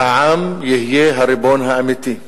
שהעם יהיה הריבון האמיתי.